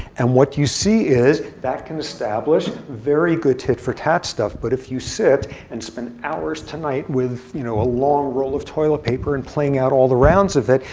and what you see is that can establish very good tit for tat stuff. but if you sit and spend hours tonight with you know a long roll of toilet paper and playing out all the rounds of it,